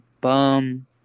bum